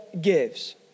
gives